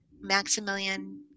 Maximilian